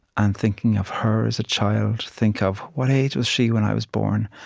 and thinking of her as a child, think of, what age was she, when i was born?